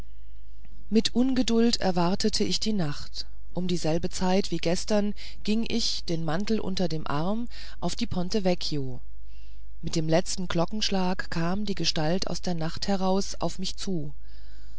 mit ungeduld erwartete ich die nacht um dieselbe zeit wie gestern ging ich den mantel unter dem arm auf die ponte vecchio mit dem letzten glockenschlag kam die gestalt aus der nacht heraus auf mich zu